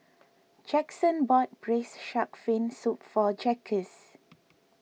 Jackson bought Braised Shark Fin Soup for Jaquez